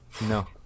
no